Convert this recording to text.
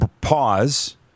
pause